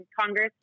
Congress